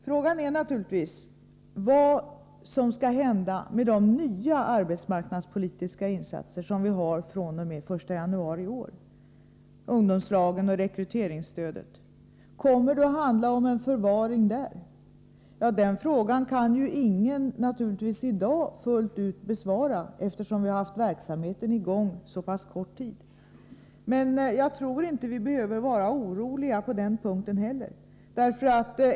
Frågan är naturligtvis vad som skall hända med de nya arbetsmarknadspolitiska insatser som vi kan göra från den 1 januari i år — ungdomslagen och rekryteringsstödet. Kommer det i detta fall att handla om förvaring? Den frågan kan naturligtvis ingen i dag fullt ut besvara, eftersom verksamheten har varit i gång så pass kort tid. Jag tror dock att vi inte behöver vara oroliga på den punkten heller.